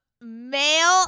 male